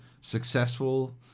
successful